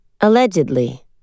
Allegedly